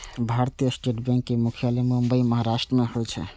भारतीय स्टेट बैंकक मुख्यालय मुंबई, महाराष्ट्र मे छै